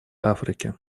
африке